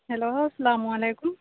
hello السّلام علیکم